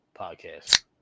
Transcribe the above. podcast